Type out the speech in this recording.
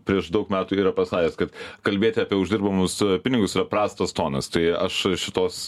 prieš daug metų yra pasakęs kad kalbėti apie uždirbamus pinigus yra prastas tonas tai aš šitos